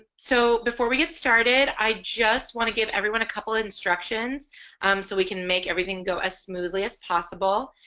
so, before we get started i just want to give everyone a couple instructions um so we can make everything go as smoothly as possible.